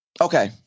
Okay